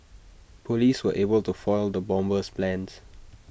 Police were able to foil the bomber's plans